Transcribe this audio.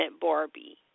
Barbie